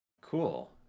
Cool